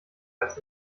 als